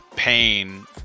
pain